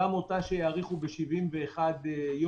שיאריכו גם אותה ב-71 יום.